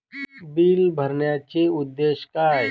Bill भरण्याचे उद्देश काय?